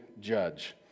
judge